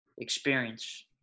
experience